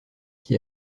qui